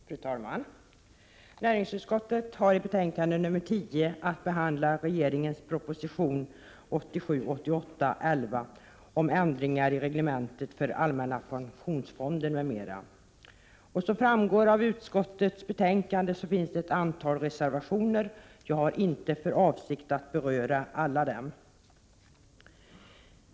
Fru talman! I näringsutskottets betänkande 10 behandlas regeringens proposition 1987/88:11 om ändringar i reglementet för allmänna pensionsfonden m.m. Till utskottets betänkande har fogats ett antal reservationer. Jag har inte för avsikt att beröra dem alla.